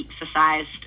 exercised